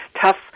tough